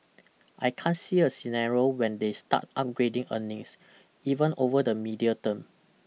I can't see a scenario when they start upgrading earnings even over the medium term